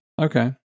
Okay